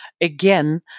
again